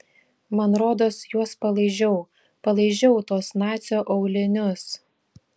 man rodos juos palaižiau palaižiau tuos nacio aulinius